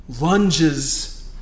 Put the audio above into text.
lunges